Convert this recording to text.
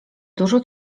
dużo